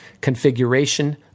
configuration